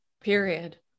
period